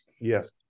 yes